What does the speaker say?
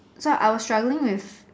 so I was struggling with